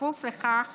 בכפוף לכך